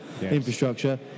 infrastructure